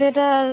যেটার